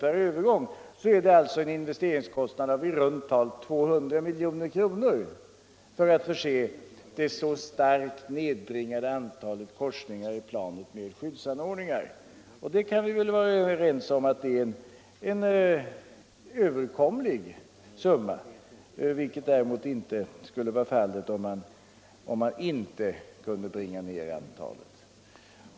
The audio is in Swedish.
per övergång, blir det alltså en investeringskostnad av i runt tal 200 milj.kr. för att förse det så starkt nedbringade antalet korsningar i markplanet med skyddsanordningar. Vi kan väl vara överens om att det är en överkomlig summa. Den skulle däremot inte bli överkomlig om antalet övergångar inte nedbringades.